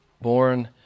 born